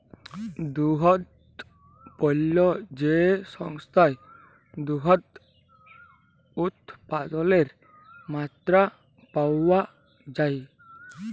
দুহুদ পল্য যে সংস্থায় দুহুদ উৎপাদলের মাত্রা পাউয়া যায়